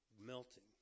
melting